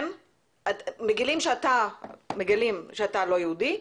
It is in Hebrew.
מגלים שאתה לא יהודי,